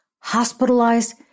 hospitalized